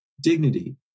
dignity